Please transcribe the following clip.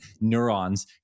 neurons